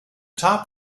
top